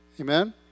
Amen